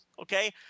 Okay